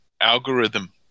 algorithm